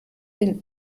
den